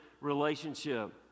relationship